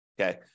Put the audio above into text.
Okay